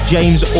James